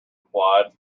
replied